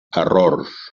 errors